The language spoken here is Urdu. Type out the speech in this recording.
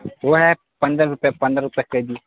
وہ ہے پندرہ روپئے پندرہ روپئے کے جی